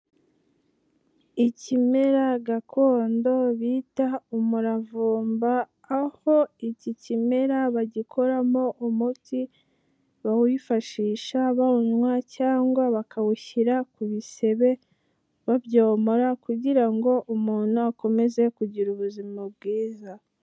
Ikimera gakondo bita umuravumba, aho iki kimera bagikoramo umuti bawifashisha bawunywa, cyangwa bakawushyira ku bisebe, babyomora kugira ngo umuntu akomeze kugira ubuzima bwiza.